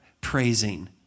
praising